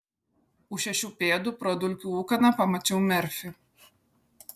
už šešių pėdų pro dulkių ūkaną pamačiau merfį